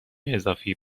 اضافی